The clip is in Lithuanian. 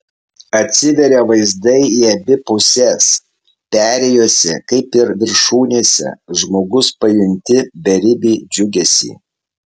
atsiveria vaizdai į abi puses perėjose kaip ir viršūnėse žmogus pajunti beribį džiugesį